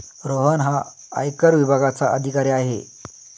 रोहन हा आयकर विभागाचा अधिकारी आहे